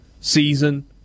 season